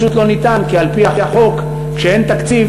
פשוט אי-אפשר כי על-פי החוק כשאין תקציב